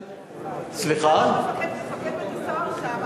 מפקד בית-הסוהר שם,